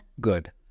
Good